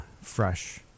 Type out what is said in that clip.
Fresh